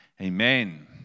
Amen